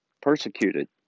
persecuted